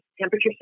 temperature